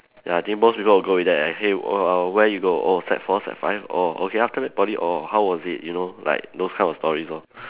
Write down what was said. ya I think most people will go with that and hey wh~ uh where you go oh sec four sec five oh okay after that Poly or how was it you know like those kind of stories lor